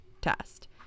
test